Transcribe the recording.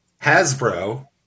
Hasbro